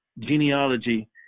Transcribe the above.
genealogy